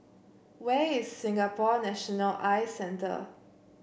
where is Singapore National Eye Centre